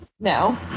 No